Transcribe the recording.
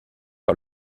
par